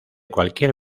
cualquier